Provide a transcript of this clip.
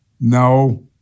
No